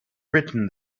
written